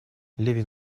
левин